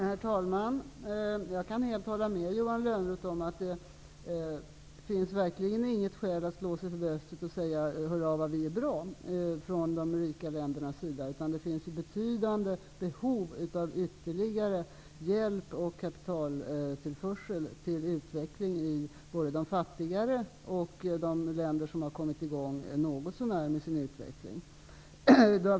Herr talman! Jag kan helt hålla med Johan Lönnroth om att vi i de rika länderna verkligen inte har något skäl att slå oss för bröstet och säga ''Hurra, vad vi är bra! '', utan det finns betydande behov av ytterligare hjälp och kapitaltillförsel till utveckling i både de fattigare länderna och i de länder som har kommit i gång något så när med sin utveckling.